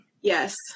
yes